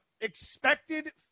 expected